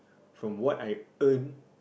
from what I earn